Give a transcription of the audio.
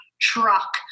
truck